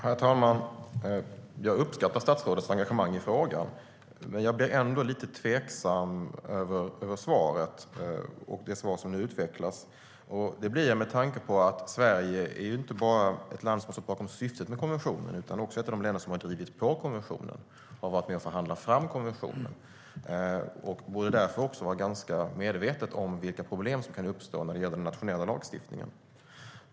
Herr talman! Jag uppskattar statsrådets engagemang i frågan, men jag blir ändå tveksam över svaret och över hur det utvecklas. Det blir jag med tanke på att Sverige inte bara har stått bakom syftet med konventionen utan också är ett av de länder som har drivit på och varit med och förhandlat fram den. Sverige borde därför vara medvetet om vilka problem som kan uppstå när det gäller den nationella lagstiftningen.